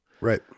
Right